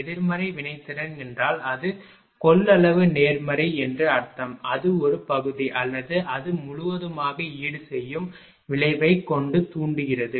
எதிர்மறை வினைத்திறன் என்றால் அது கொள்ளளவு நேர்மறை என்று அர்த்தம் அது ஒரு பகுதி அல்லது அதை முழுவதுமாக ஈடுசெய்யும் விளைவைக் கொண்டு தூண்டுகிறது